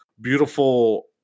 beautiful